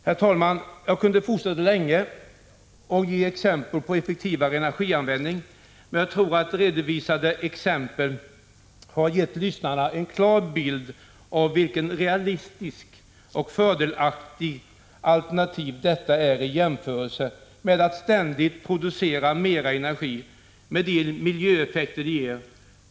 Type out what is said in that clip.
Herr talman! Jag kunde fortsätta länge med att ge exempel på effektivare energianvändning, men jag tror att redovisade exempel har gett lyssnaren en klar bild av vilket realistiskt och fördelaktigt alternativ detta är i jämförelse med att ständigt producera mera energi, med de miljöeffekter som det ger.